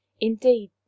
Indeed